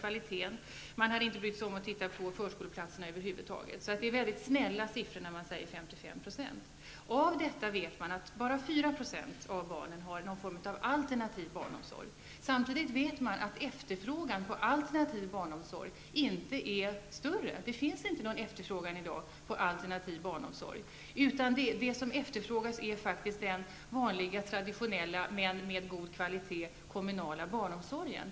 Man har över huvud taget inte brytt sig om att titta på förskoleplatserna. Att säga att 55 % av kommunerna inte klarar utbyggnaden är alltså en mycket ''snäll'' beskrivning. Det är känt att bara 4 % av barnen har någon form av alternativ barnomsorg. Samtidigt vet man att efterfrågan på alternativ barnomsorg inte är större. Det finns i dag ingen efterfrågan på alternativ barnomsorg, utan det som efterfrågas är den vanliga, traditionella men kvalitativt sett goda kommunala barnomsorgen.